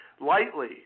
Lightly